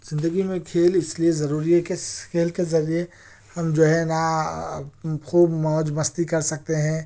زندگی میں کھیل اس لئے ضروری ہے کہ کھیل کے ذریعے ہم جو ہے نا خوب موج مستی کر سکتے ہیں